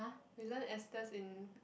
we learn esters in